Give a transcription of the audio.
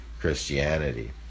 Christianity